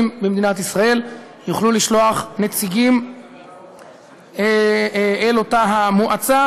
במדינת ישראל יוכלו לשלוח נציגים אל אותה המועצה,